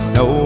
no